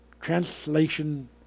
translation